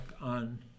on